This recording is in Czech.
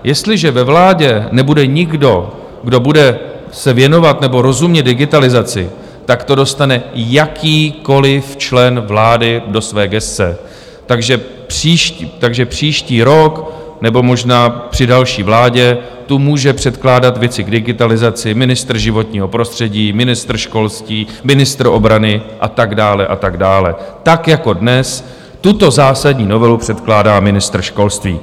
Jestliže ve vládě nebude nikdo, kdo bude se věnovat nebo rozumět digitalizaci, tak to dostane jakýkoliv člen vlády do své gesce, takže příští rok nebo možná při další vládě tu může předkládat věci k digitalizaci ministr životního prostředí, ministr školství, ministr obrany a tak dále a tak dále, tak jako dnes tuto zásadní novelu předkládá ministr školství.